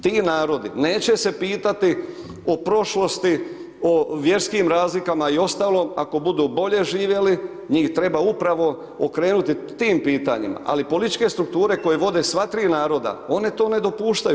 Ti narodi neće se pitati o prošlosti, o vjerskim razlikama i ostalo ako budu bolje živjeli, njih treba upravo okrenuti tim pitanjima, ali političke strukture koje vode sva tri naroda, one to ne dopuštaju.